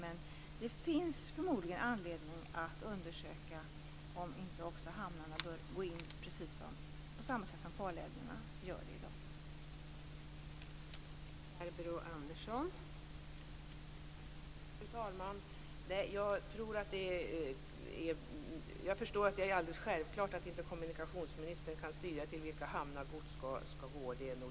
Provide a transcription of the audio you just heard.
Men det finns förmodligen anledning att undersöka om inte också hamnarna bör ingå på samma sätt som farlederna gör i dag.